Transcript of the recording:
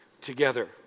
together